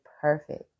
perfect